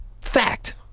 Fact